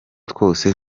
twose